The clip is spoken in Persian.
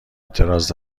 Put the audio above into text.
اعتراض